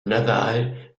navarrais